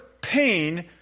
pain